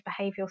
behavioural